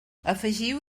afegiu